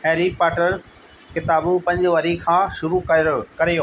Harry Potter किताबूं पंज वरी खां शुरू कर्य करियो